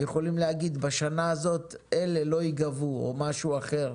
יכולים להגיד בשנה הזאת אלה לא ייגבו או משהו אחר.